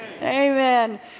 Amen